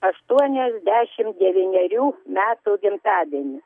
aštuoniasdešimt devynerių metų gimtadienį